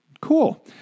Cool